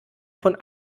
von